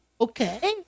Okay